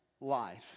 life